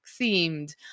themed